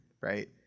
right